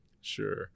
Sure